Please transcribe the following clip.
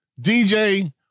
DJ